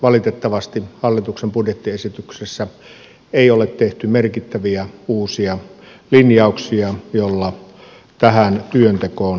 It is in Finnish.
valitettavasti hallituksen budjettiesityksessä ei ole tehty merkittäviä uusia linjauksia jolla tähän työntekoon kannustettaisiin